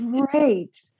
great